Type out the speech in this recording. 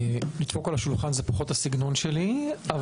לדפוק על השולחן זה פחות הסגנון שלי,